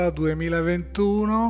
2021